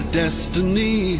destiny